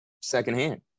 secondhand